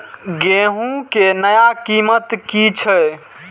गेहूं के नया कीमत की छे?